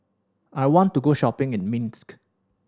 I want to go shopping in Minsk